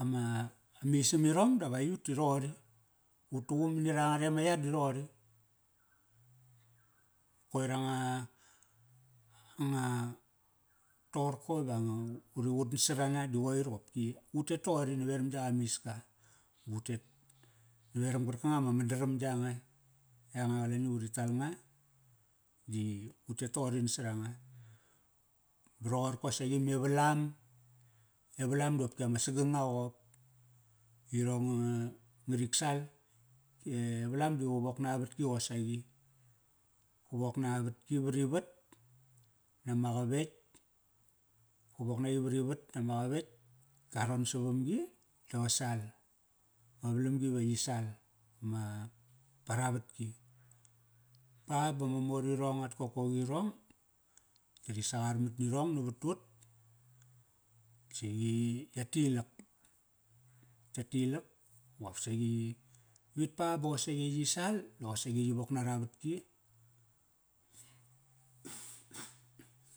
ama, amisaminrong disa qoir soqop ama, amisamirong dap aiyut ti roqori. Ut tuqum mani ranga re ama yar di roqori. Koir anga, anga toqorko iva nga, uri qut nasarana di qoir qopki. Utet toqori naveram yak amiska, ba utet naveram qarkanga ma mandaram yanga, yanga qalani uri tal nga, di utet toqori nasaranga. Ba roqorko saqi me velam, e velam di opki ama saganga qop. Irong nga, ngarik sal, e velam di qa wok na vatki qosaqi. Ka wok na vatki vari vat nama qavetk, qa wok naqi vari vat nama qavetk, qa ron savamgi da qa sal. Ma valamgi ve yi sal, vama, para vatki. Ba bama mor irong at kokoqirong, da ri sangarmat nirong navat tut, siqi ya tilak. Ya tilak baqop saqi vit pa ba qosaqi yi sal, da qosaqi yi wok nara vatki.